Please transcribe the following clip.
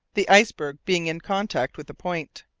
the iceberg being in contact with the point.